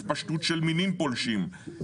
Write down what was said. התפשטות של מינים פולשים,